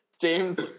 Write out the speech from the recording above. James